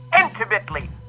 intimately